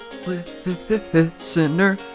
listener